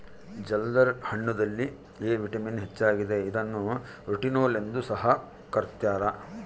ಜಲ್ದರ್ ಹಣ್ಣುದಲ್ಲಿ A vitamin ಹೆಚ್ಚಾಗಿದೆ ಇದನ್ನು ರೆಟಿನೋಲ್ ಎಂದು ಸಹ ಕರ್ತ್ಯರ